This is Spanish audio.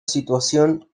situación